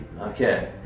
Okay